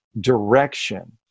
direction